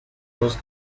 was